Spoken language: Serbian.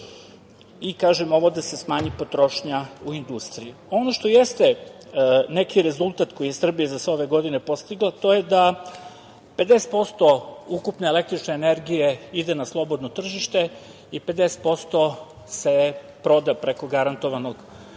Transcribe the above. i, kažem, da se smanji potrošnja u industriji. Ono što jeste neki rezultat koji je Srbija za sve ove godine postigla, to je da 50% ukupne električne energije ide na slobodno tržište i 50% se proda preko garantovanog